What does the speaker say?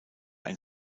ein